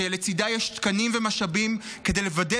שלצידה יש תקנים ומשאבים כדי לוודא